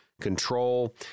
control